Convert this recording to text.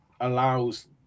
allows